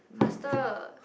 faster